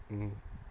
mmhmm